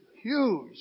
huge